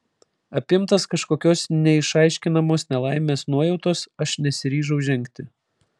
apimtas kažkokios neišaiškinamos nelaimės nuojautos aš nesiryžau žengti